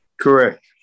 Correct